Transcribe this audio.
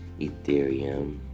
ethereum